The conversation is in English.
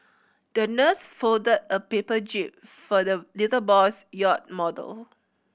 the nurse folded a paper jib for the little boy's yacht model